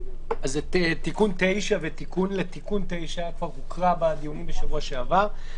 תיקון 9 ותיקון לתיקון 9 כבר הוקרא בדיונים בשבוע שעבר.